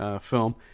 film